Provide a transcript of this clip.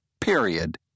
Period